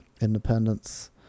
independence